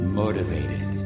motivated